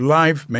life